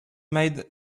made